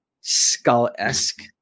skull-esque